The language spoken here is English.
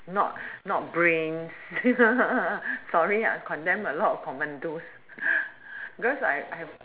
not not brains sorry I condemned a lot of commandos because I I have a